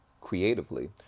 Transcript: creatively